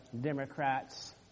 Democrats